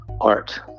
art